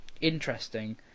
interesting